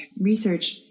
research